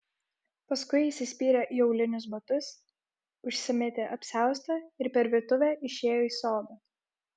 paskui įsispyrė į aulinius batus užsimetė apsiaustą ir per virtuvę išėjo į sodą